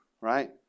Right